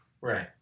Right